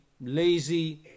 lazy